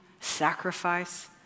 sacrifice